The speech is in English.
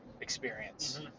experience